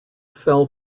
fell